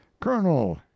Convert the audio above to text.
colonel